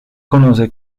conoce